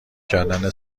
کردن